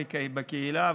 בקהילה,